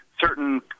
certain